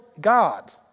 God